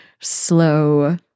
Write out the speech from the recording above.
slow